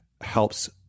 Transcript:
helps